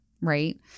right